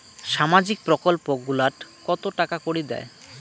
সামাজিক প্রকল্প গুলাট কত টাকা করি দেয়?